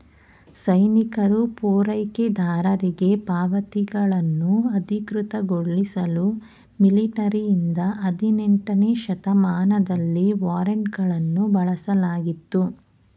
ಸೈನಿಕರು ಪೂರೈಕೆದಾರರಿಗೆ ಪಾವತಿಗಳನ್ನು ಅಧಿಕೃತಗೊಳಿಸಲು ಮಿಲಿಟರಿಯಿಂದ ಹದಿನೆಂಟನೇ ಶತಮಾನದಲ್ಲಿ ವಾರೆಂಟ್ಗಳನ್ನು ಬಳಸಲಾಗಿತ್ತು